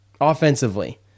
offensively